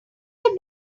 have